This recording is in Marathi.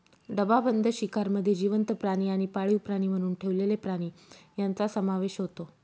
डबाबंद शिकारमध्ये जिवंत प्राणी आणि पाळीव प्राणी म्हणून ठेवलेले प्राणी यांचा समावेश होतो